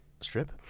Strip